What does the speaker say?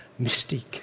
mystique